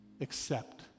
accept